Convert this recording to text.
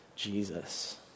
Jesus